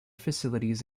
facilities